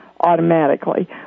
Automatically